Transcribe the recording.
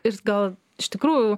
ir gal iš tikrųjų